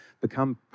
become